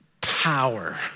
power